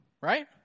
right